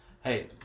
hey